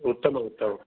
उत्तमम् उत्तमम्